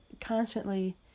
constantly